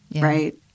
right